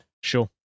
Sure